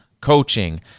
coaching